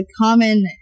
common